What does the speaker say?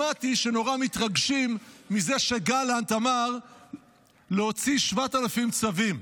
שמעתי שנורא מתרגשים מזה שגלנט אמר להוציא 7,000 צווים.